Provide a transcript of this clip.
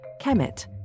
Kemet